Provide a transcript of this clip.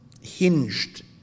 hinged